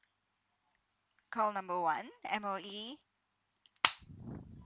call number one M_O_E